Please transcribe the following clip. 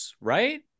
right